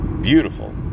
beautiful